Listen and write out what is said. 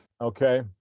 Okay